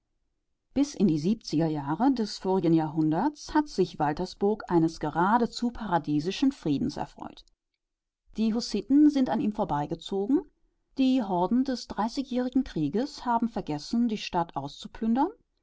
bis in die siebziger jahre des vorigen jahrhunderts hat sich waltersburg eines geradezu paradiesischen friedens erfreut die hussiten sind an ihm vorbeigezogen die horden des dreißigjährigen krieges haben vergessen die stadt auszuplündern